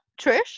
Trish